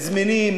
זמינים,